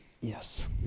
Yes